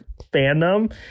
fandom